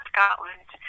Scotland